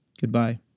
Goodbye